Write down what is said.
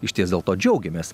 išties dėl to džiaugiamės